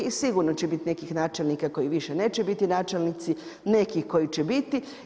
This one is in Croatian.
I sigurno će biti nekih načelnika koji više neće biti načelnici, nekih koji će biti.